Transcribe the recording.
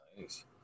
Nice